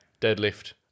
deadlift